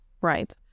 right